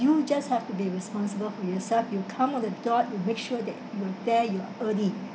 you just have to be responsible for yourself you come on the dot you make sure that you're there you're early